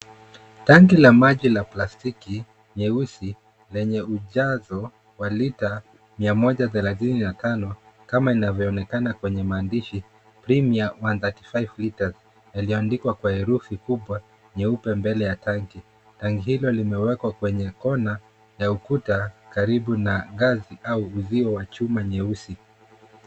Tangi la maji la plastiki nyeusi lenye ujazo wa lita mia moja thelathini na tano kama inavyoonekana kwenye maandishi premier 135 litres yaliyoandikwa kwenye herufi kubwa mbele ya tangi. Tangi hilo limewekwa kwenye kona ya ukuta karibu na ngazi au uzio wa chuma nyeusi.